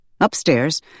Upstairs